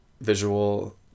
visual